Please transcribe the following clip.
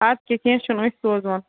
اَدٕ کیٛاہ کیٚنٛہہ چھُنہٕ أسۍ سوزہون